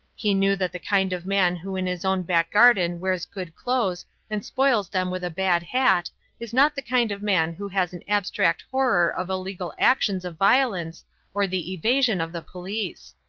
he knew that the kind of man who in his own back garden wears good clothes and spoils them with a bad hat is not the kind of man who has an abstract horror of illegal actions of violence or the evasion of the police.